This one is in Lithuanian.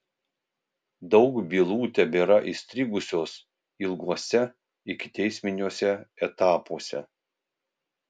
daug bylų tebėra įstrigusios ilguose ikiteisminiuose etapuose